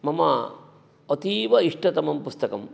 मम अतीव इष्टतमं पुस्तकं